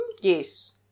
Yes